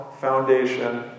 foundation